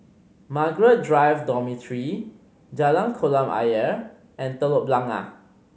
Margaret Drive Dormitory Jalan Kolam Ayer and Telok Blangah